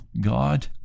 God